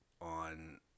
on